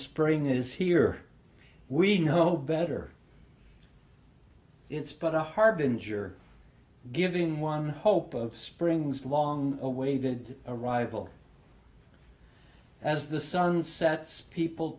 spring is here we know better it's but a harbinger giving one the hope of springs long awaited arrival as the sun sets people